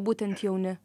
būtent jauni